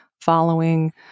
following